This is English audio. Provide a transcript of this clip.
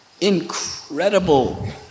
incredible